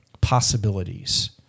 possibilities